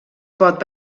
pot